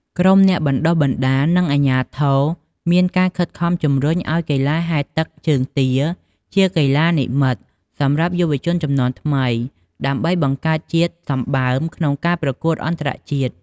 ក្រុមអ្នកបណ្តុះបណ្តាល និងអាជ្ញាធរមានការខិតខំជំរុញឱ្យកីឡាហែលទឹកជើងទាជាកីឡានិម្មិតសម្រាប់យុវជនជំនាន់ថ្មី ដើម្បីបង្កើតជាតិសម្បើមក្នុងការប្រកួតអន្តរជាតិ។